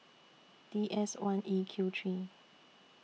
D S one E Q three